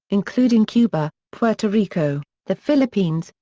including cuba, puerto rico, the philippines,